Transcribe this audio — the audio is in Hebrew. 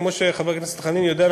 וכמו שחבר הכנסת חנין יודע,